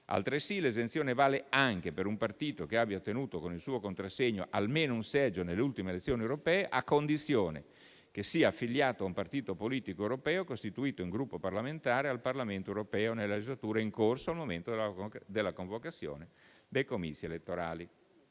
Altresì, l'esenzione vale anche per un partito che abbia ottenuto con il suo contrassegno almeno un seggio nelle ultime elezioni europee, a condizione che sia affiliato a un partito politico europeo, costituito in un Gruppo parlamentare al Parlamento europeo nella legislatura in corso al momento della convocazione dei comizi elettorali.